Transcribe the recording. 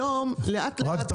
לאט לאט